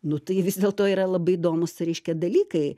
nu tai vis dėlto yra labai įdomūs reiškia dalykai